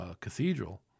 cathedral